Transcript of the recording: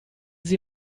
sie